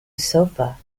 sofa